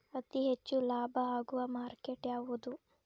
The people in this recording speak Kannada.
ಅತಿ ಹೆಚ್ಚು ಲಾಭ ಆಗುವ ಮಾರ್ಕೆಟ್ ಯಾವುದು?